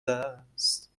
دست